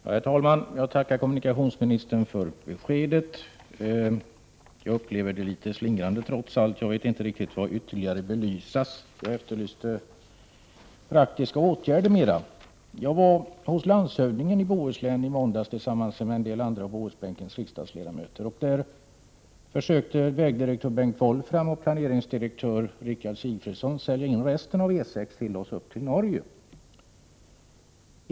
Herr talman! Jag tackar kommunikationsministern för beskedet, som jag trots allt upplever som litet slingrande. Jag vet inte om det ytterligare behöver belysas — det var mera praktiska åtgärder som jag efterlyste. Tillsammans med några av Bohusbänkens riksdagsledamöter besökte jag landshövdingen i Bohuslän i måndags. Där försökte vägdirektör Bengt Wolfram och planeringsdirektör Rickard Sigfridson till oss ”sälja in” resten av E 6-an som sträcker sig upp till Norge.